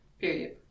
period